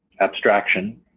abstraction